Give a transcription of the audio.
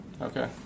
Okay